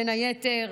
בין היתר